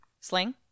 Sling